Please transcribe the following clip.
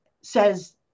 says